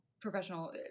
Professional